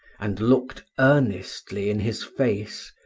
and looked earnestly in his face,